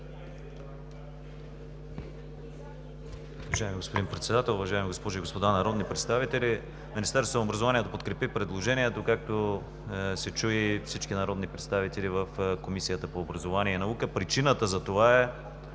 Уважаеми господин Председател, уважаеми госпожи и господа народни представители! Министерството на образованието и науката подкрепи предложението, както се чу, и всички народни представители в Комисията по образованието и науката. Причината за това е